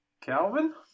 Calvin